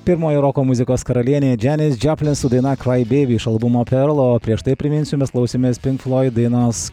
pirmoji roko muzikos karalienė džianis džioplin su daina krai beibi iš albumo perlo o prieš tai priminsiu mes klausėmės pinfloid dainos